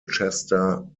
chester